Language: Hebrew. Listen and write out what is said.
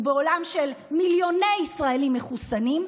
ובעולם של מיליוני ישראלים מחוסנים,